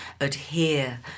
adhere